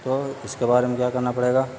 تو اس کے بارے میں کیا کرنا پڑے گا